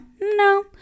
No